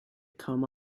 come